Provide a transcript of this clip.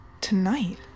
Tonight